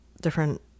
different